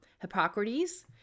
Hippocrates